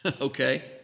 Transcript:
Okay